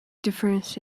difference